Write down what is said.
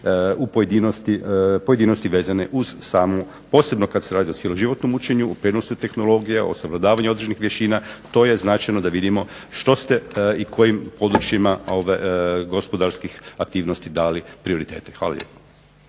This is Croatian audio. pojedinosti vezane uz samu, posebno kad se radi o cjeloživotnom učenju, u prijenosu tehnologija, od savladavanja određenih vještina, to je značajno da vidimo što ste i kojim područjima gospodarskih aktivnosti dali prioritete. Hvala lijepo.